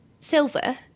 Silver